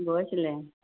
গৈছিলে